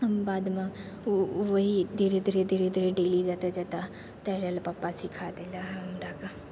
बादमे वही धीरे धीरे धीरे धीरे डेली जाते जाते तैरय लए पपा सिखा देले रहय हमराके